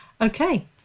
okay